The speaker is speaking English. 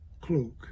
cloak